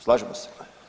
Slažemo se?